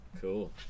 Cool